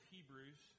Hebrews